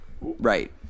Right